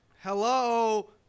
Hello